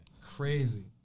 Crazy